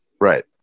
Right